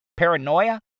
Paranoia